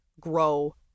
grow